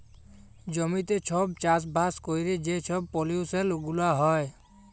জমিতে ছব চাষবাস ক্যইরে যে ছব পলিউশল গুলা হ্যয়